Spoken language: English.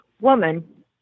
woman